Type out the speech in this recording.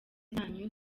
zanyu